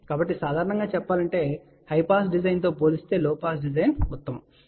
కాబట్టి సాధారణంగా చెప్పాలంటే హై పాస్ డిజైన్తో పోలిస్తే లో పాస్ డిజైన్ ఉత్తమం